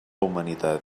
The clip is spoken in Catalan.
humanitat